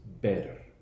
better